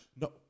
No